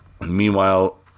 Meanwhile